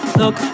look